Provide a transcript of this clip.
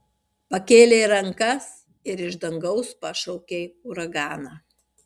pakėlei rankas ir iš dangaus pašaukei uraganą